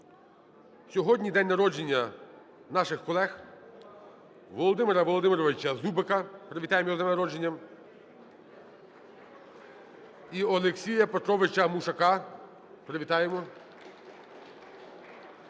Сьогодні день народження наших колег:Володимира Володимировича Зубика. Привітаємо його з днем народження. (Оплески) І Олексія Петровича Мушака. Привітаємо.